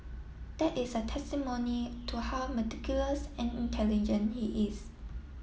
that is a testimony to how meticulous and intelligent he is